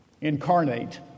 incarnate